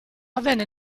avvenne